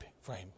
frame